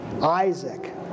Isaac